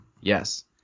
Yes